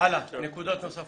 הלאה, נקודות נוספות.